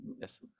Yes